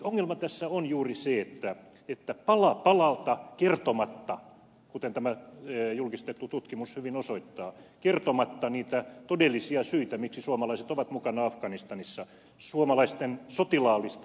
ongelma tässä on juuri se että pala palalta kertomatta kuten tämä julkistettu tutkimus hyvin osoittaa niitä todellisia syitä miksi suomalaiset ovat mukana afganistanissa suomalaisten sotilaallista läsnäoloa laajennetaan